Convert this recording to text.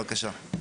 בבקשה.